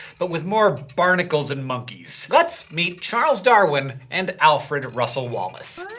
but with more barnacles and monkeys. let's meet charles darwin and alfred russel wallace.